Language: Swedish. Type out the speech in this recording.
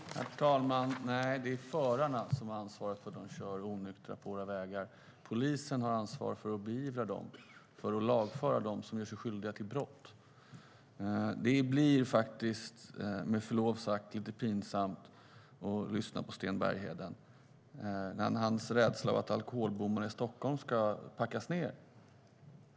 Herr talman! Det är förarna som har ansvaret för att de kör onyktra på våra vägar. Polisen har ansvaret för att beivra det och lagföra dem som gör sig skyldiga till brott. Det blir med förlov sagt lite pinsamt att lyssna på Sten Bergheden och hans rädsla att alkoholbommar i Stockholm ska packas ned.